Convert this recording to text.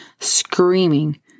screaming